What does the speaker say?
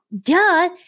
duh